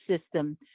system